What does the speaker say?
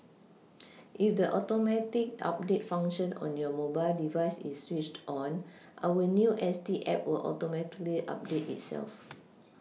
if the Automatic update function on your mobile device is switched on our new S T app will Automatically update itself